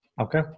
Okay